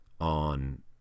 on